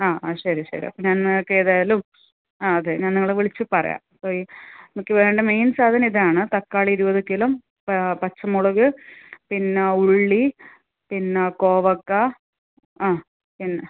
ആ ആ ശരി ശരി അപ്പം ഞാൻ നിങ്ങൾക്ക് ഏതായാലും അതെ ഞാൻ നിങ്ങളെ വിളിച്ച് പറയാം അപ്പം ഈ നമുക്ക് വേണ്ട മെയിൻ സാധനം ഇതാണ് തക്കാളി ഇരുപത് കിലോ പച്ചമുളക് പിന്നെ ഉള്ളി പിന്നെ കോവയ്ക്ക ആ പിന്നെ